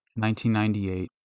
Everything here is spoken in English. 1998